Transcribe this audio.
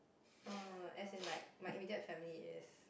err as in like my immediate family is